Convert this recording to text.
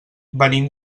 venim